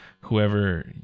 whoever